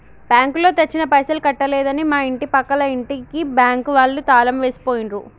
బ్యాంకులో తెచ్చిన పైసలు కట్టలేదని మా ఇంటి పక్కల ఇంటికి బ్యాంకు వాళ్ళు తాళం వేసి పోయిండ్రు